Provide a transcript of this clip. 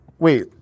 Wait